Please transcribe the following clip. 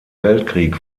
weltkrieg